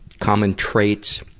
common traits,